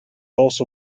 also